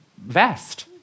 vest